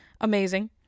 Amazing